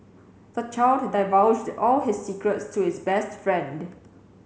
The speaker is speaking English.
the child divulged all his secrets to his best friend